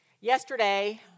Yesterday